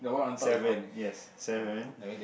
seven yes seven